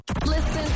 Listen